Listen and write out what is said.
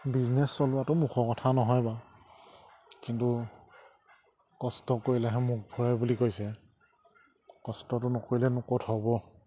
business চলোৱাটো মুখৰ কথা নহয় বাৰু কিন্তু কষ্ট কৰিলেহে মুখ ভৰে বুলি কৈছে কষ্টটো নকৰিলেনো ক'ত হ'ব